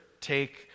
take